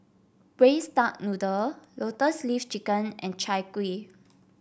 Braised Duck Noodle Lotus Leaf Chicken and Chai Kuih